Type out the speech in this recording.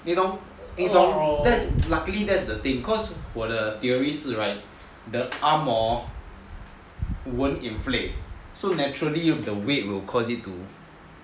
你懂 luckily that's the thing cause my theory is the arm hor won't inflate so naturally the weight will cause it to